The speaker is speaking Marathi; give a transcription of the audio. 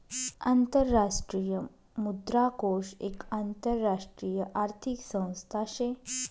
आंतरराष्ट्रीय मुद्रा कोष एक आंतरराष्ट्रीय आर्थिक संस्था शे